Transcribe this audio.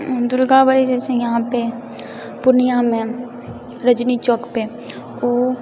दुर्गा बाड़ी छै यहाँ पे पूर्णियामे रजनी चौक पे ओ